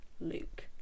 Luke